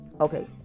okay